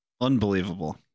Unbelievable